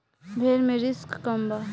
भेड़ मे रिस्क कम बा